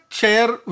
share